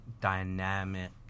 dynamic